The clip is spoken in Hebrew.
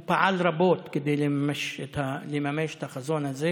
הוא פעל רבות כדי לממש את החזון הזה.